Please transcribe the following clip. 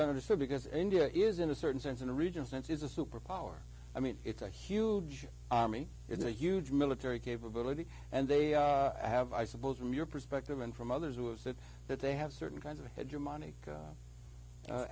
understood because india is in a certain sense in a region sense is a superpower i mean it's a huge army in the huge military capability and they have i suppose from your perspective and from others was that that they have certain kinds of